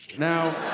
Now